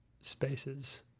spaces